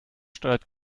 steuert